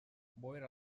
boira